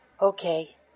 Okay